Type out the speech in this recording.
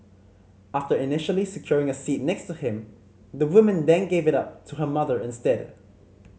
after initially securing a seat next to him the woman then give it up to her mother instead